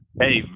Hey